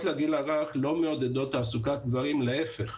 לגיל הרך לא מעודדות תעסוקת גברים אלא להיפך.